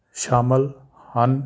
ਸ਼ਾਮਿਲ ਹਨ